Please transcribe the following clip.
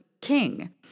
king